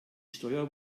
steuer